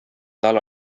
tal